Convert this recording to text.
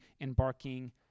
embarking